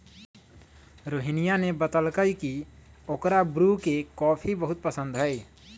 रोहिनीया ने बतल कई की ओकरा ब्रू के कॉफी बहुत पसंद हई